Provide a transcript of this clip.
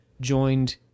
joined